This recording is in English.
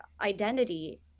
identity